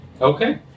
Okay